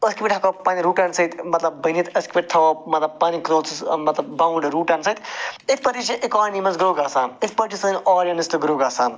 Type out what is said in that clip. اتھ پٮ۪ٹھ ہٮ۪کو پنٛنٮ۪ن روٗٹن سۭتۍ مطلب بٔنِتھ أسۍ کِتھ پٲٹھۍ تھاوو مطلب پنٕنۍ کُلوتھٕز مطلب باوُنٛڈ روٗٹن سۭتۍ یِتھ پٲٹھی چھِ اکانِمی منٛز گَژھان اِتھ پٲٹھۍ چھِ سٲنۍ آرینٕس تہٕ گرو گَژھان